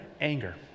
anger